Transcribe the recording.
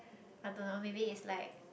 I don't know maybe it's like